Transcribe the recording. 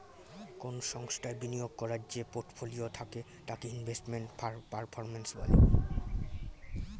কোন সংস্থায় বিনিয়োগ করার যে পোর্টফোলিও থাকে তাকে ইনভেস্টমেন্ট পারফর্ম্যান্স বলে